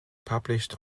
published